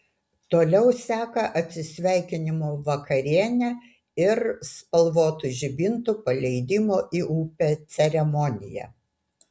toliau seka atsisveikinimo vakarienė ir spalvotų žibintų paleidimo į upę ceremonija